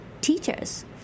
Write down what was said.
teachers